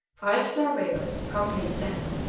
five surveyors accompanied them,